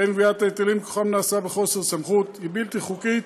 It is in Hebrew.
ולכן גביית ההיטלים מכוחן נעשתה בחוסר סמכות והיא בלתי חוקית,